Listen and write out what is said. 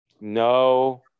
No